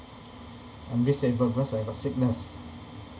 I'm disabled because I got sickness